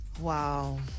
wow